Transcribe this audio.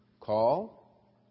call